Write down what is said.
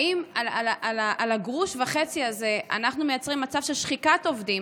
האם על הגרוש וחצי הזה אנחנו מייצרים מצב של שחיקת עובדים?